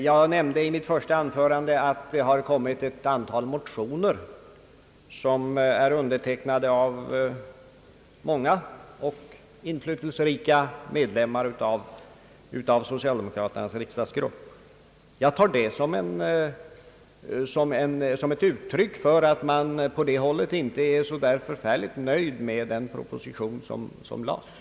Jag nämnde i mitt första anförande att det har väckts ett antal motioner som är undertecknade av många och inflytelserika medlemmar av socialdemokraternas riksdagsgrupp. Jag tar det som ett uttryck för att man på det hållet inte är så nöjd med den proposition som framlagts.